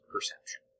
perception